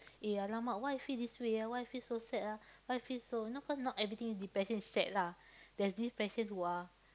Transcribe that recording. eh !alamak! why I feel this way ah why I feel so sad ah why I feel so you know cause not everything depression is sad lah there's depression who are